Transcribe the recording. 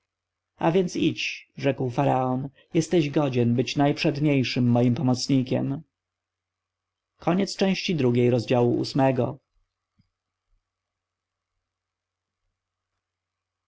a więc idź rzekł faraon jesteś godzien być najprzedniejszym moim pomocnikiem